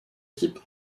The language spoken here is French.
type